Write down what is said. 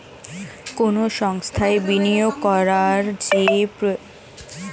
কোন সংস্থায় বিনিয়োগ করার যে পোর্টফোলিও থাকে তাকে ইনভেস্টমেন্ট পারফর্ম্যান্স বলে